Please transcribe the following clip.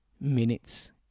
minutes